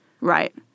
Right